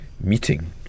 meeting